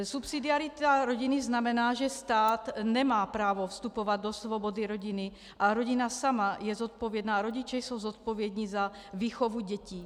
Subsidiarita rodiny znamená, že stát nemá právo vstupovat do svobody rodiny a rodina sama je zodpovědná, rodiče jsou zodpovědni za výchovu dětí.